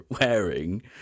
wearing